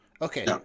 Okay